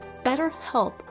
BetterHelp